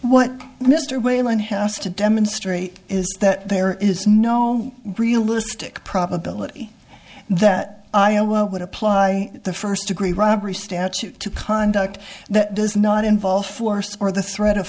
what mr whalen house to demonstrate is that there is no realistic probability that iowa would apply the first degree robbery statute to conduct that does not involve force or the threat of